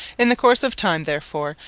in the course of time, therefore,